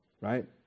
right